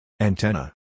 Antenna